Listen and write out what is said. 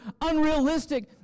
unrealistic